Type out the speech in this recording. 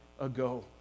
ago